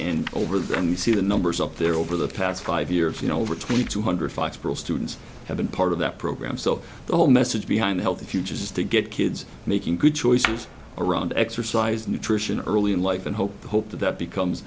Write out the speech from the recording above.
there and you see the numbers up there over the past five years you know over twenty two hundred five students have been part of that program so the whole message behind a healthy future is to get kids making good choices around exercise nutrition early in life and hope hope that that becomes